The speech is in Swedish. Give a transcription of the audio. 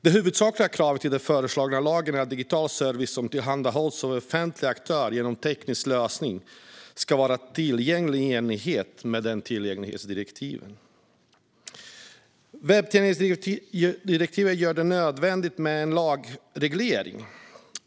Det huvudsakliga kravet i den föreslagna lagen är att digital service som tillhandahålls av en offentlig aktör genom en teknisk lösning ska vara tillgänglig i enlighet med tillgänglighetsdirektivet. Webbtillgänglighetsdirektivet gör det nödvändigt med en lagreglering.